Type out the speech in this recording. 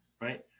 right